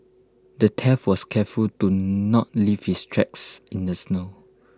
the thief was careful to not leave his tracks in the snow